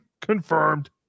Confirmed